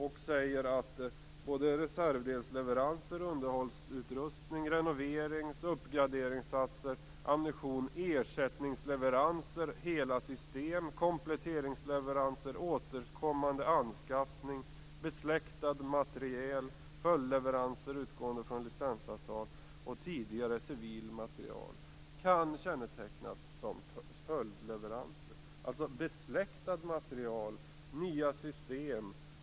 Man säger att reservdelsleveranser, underhållutrustning, renoverings och uppgraderingssatser, ammunition, ersättningsleveranser, hela system, kompletteringsleveranser, återkommande anskaffning, besläktad materiel, följdleveranser utgående från licensavtal och tidigare civil materiel kan kännetecknas som följdleveranser.